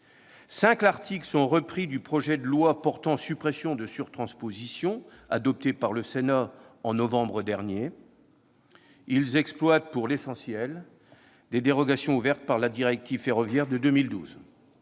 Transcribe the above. cinq articles sont repris du projet de loi portant suppression de sur-transpositions, adopté par le Sénat en novembre dernier. Ils exploitent, pour l'essentiel, des dérogations ouvertes par la directive ferroviaire de 2012.